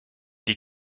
die